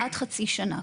עד חצי שנה.